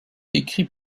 écrit